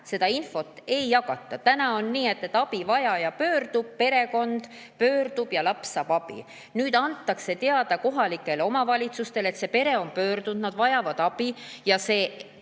seda infot ei jagata. Praegu on nii, et abivajaja pöördub, perekond pöördub ja laps saab abi. Nüüd antakse teada kohalikele omavalitsustele, et see pere on pöördunud, nad vajavad abi. See